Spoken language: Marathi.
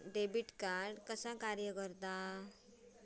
डेबिट कार्ड कसा कार्य करता?